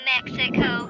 Mexico